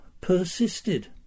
persisted